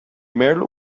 merely